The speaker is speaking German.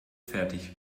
fertig